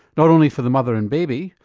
not only for the mother and baby,